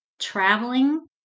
Traveling